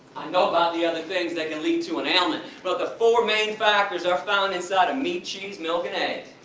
i know about the other things that can lead to an ailment, but the four main factors are found inside of meat, cheese, milk and eggs.